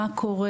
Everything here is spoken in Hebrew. מה קורה,